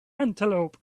antelope